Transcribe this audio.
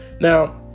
Now